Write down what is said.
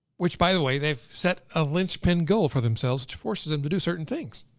which by the way, they've set a linchpin goal for themselves to force them to do certain things.